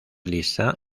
lisa